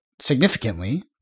significantly